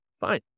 fine